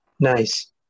Nice